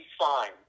fine